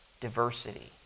diversity